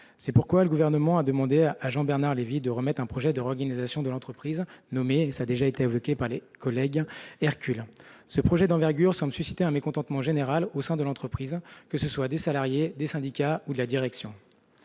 C'est pourquoi le Gouvernement a demandé à Jean-Bernard Lévy de remettre un projet de réorganisation de l'entreprise nommé Hercule. Ce projet d'envergure semble susciter un mécontentement général au sein de l'entreprise, que ce soit des salariés, des syndicats ou de la direction.